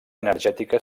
energètica